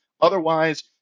Otherwise